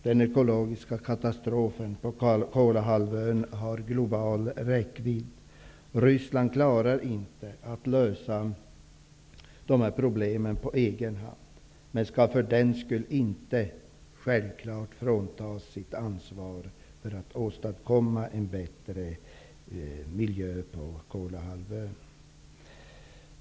Den ekologiska katastrofen på Kolahalvön har global räckvidd. Ryssland klarar inte att lösa dessa problem på egen hand, men skall för den skull självklart inte fråntas sitt ansvar för att åstadkomma en bättre miljö på Kolahalvön.